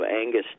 Angus